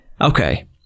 Okay